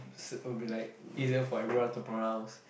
s~ will be like easier for everyone to pronounce